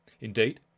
Indeed